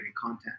content